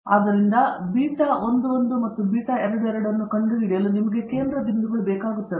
ಆದ್ದರಿಂದ ಬೀಟಾ 11 ಮತ್ತು ಬೀಟಾ 22 ಅನ್ನು ಕಂಡುಹಿಡಿಯಲು ನಿಮಗೆ ಕೇಂದ್ರ ಬಿಂದುಗಳು ಬೇಕಾಗುತ್ತವೆ